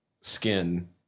skin